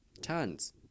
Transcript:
tons